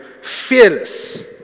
fearless